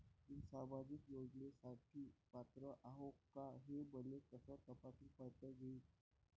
मी सामाजिक योजनेसाठी पात्र आहो का, हे मले कस तपासून पायता येईन?